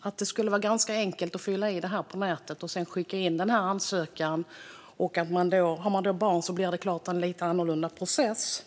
att det skulle vara ganska enkelt att fylla i detta på nätet och sedan skicka in ansökan. Har man barn blir det förstås en lite annorlunda process.